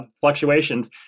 fluctuations